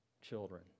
children